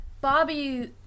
Bobby